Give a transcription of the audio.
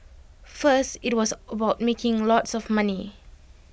first IT was about making lots of money